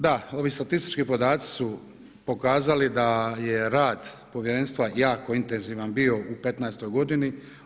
Da, ovi statistički podaci su pokazali da je rad povjerenstva jako intenzivan bio u 2015. godini.